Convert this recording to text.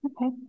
Okay